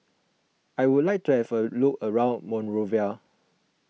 I would like to have a look around Monrovia